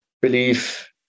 belief